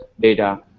data